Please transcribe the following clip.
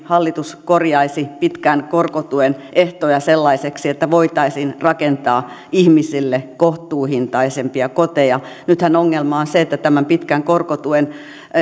hallitus korjaisi pitkän korkotuen ehtoja pikaisesti sellaisiksi että voitaisiin rakentaa ihmisille kohtuuhintaisempia koteja nythän ongelma on se että tämän pitkän korkotuen